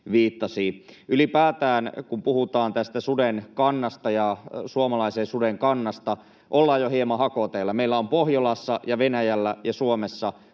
Ylipäätään kun puhutaan suden kannasta ja suomalaisen suden kannasta, ollaan jo hieman hakoteillä. Meillä on Pohjolassa ja Venäjällä ja Suomessa